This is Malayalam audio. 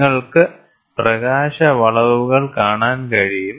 നിങ്ങൾക്ക് പ്രകാശ വളവുകൾ കാണാൻ കഴിയും